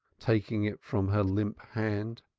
taking it from her limp hand.